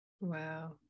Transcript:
Wow